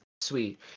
sweet